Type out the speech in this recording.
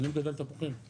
אני מגדל תפוחים.